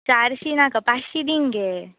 चारशी नाका पांचशी दी मगे